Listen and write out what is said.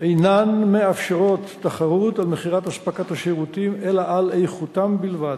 אינם מאפשרים תחרות על מחירי אספקת השירותים אלא על איכותם בלבד.